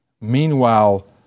Meanwhile